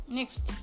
Next